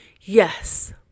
Yes